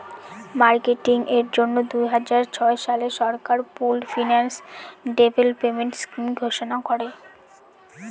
marketing এর জন্য দুই হাজার ছয় সালে সরকার পুল্ড ফিন্যান্স ডেভেলপমেন্ট স্কিম ঘোষণা করে